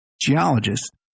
geologist